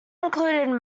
included